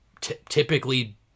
typically